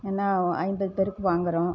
ஏன்னால் ஐம்பது பேருக்கு வாங்கிறோம்